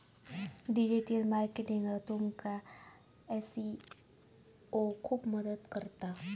digital मार्केटिंगाक तुमका SEO खूप मदत करता